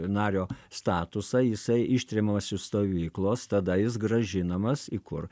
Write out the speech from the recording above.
nario statusą jisai ištremiamas iš stovyklos tada jis grąžinamas į kur